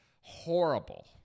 horrible